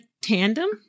Tandem